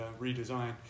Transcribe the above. redesign